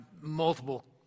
multiple